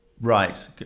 Right